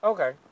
Okay